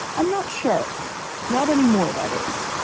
i'm not sure not anymore that is.